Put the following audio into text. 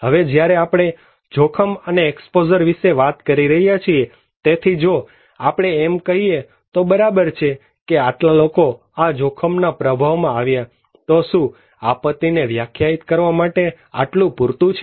હવે જ્યારે આપણે જોખમ અને એક્સપોઝર વિશે વાત કરી રહ્યા છીએ તેથી જો આપણે એમ કહીએ તો બરાબર છે કે આટલા લોકો આ જોખમના પ્રભાવમાં આવ્યા તો શું આપત્તિ ને વ્યાખ્યાયિત કરવા માટે આટલું પૂરતું છે